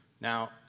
Now